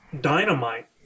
dynamite